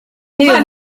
ntibivuze